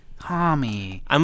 Tommy